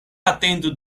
atendu